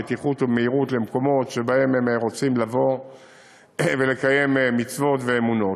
בבטיחות ובמהירות למקומות שבהם הם רוצים לקיים מצוות ואמונות.